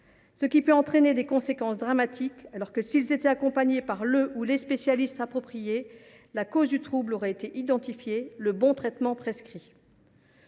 Cela peut entraîner des conséquences dramatiques, alors que, s’ils avaient été accompagnés par les spécialistes appropriés, la cause du trouble aurait été identifiée et le bon traitement aurait